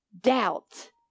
Doubt